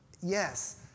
yes